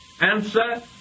Answer